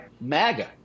MAGA